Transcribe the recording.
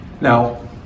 Now